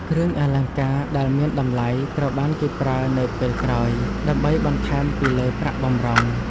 គ្រឿងអលង្ការដែលមានតម្លៃត្រូវបានគេប្រើនៅពេលក្រោយ ដើម្បីបន្ថែមពីលើប្រាក់បម្រុង។